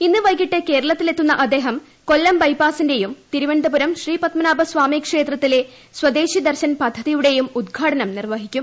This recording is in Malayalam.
ഇന്ന് വൈകിട്ട് കേരളത്തിലെത്തുന്ന അദ്ദേഹം കൊല്ലം ബൈപ്പാസിന്റെയും തിരുവനന്തപുരം ശ്രീപത്മനാഭ സ്വാമിക്ഷേത്രത്തിലെ സ്വദേശി ദർശൻ പദ്ധതിയുടെയും ഉദ്ഘാടനം നിർവ്വഹിക്കും